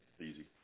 Easy